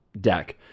deck